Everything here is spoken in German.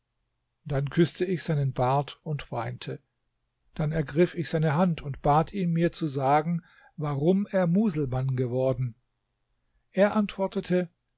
dann küßte ich seinen bart und weinte dann ergriff ich seine hand und bat ihn mir zu sagen warum er muselmann geworden er antwortete